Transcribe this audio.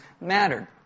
mattered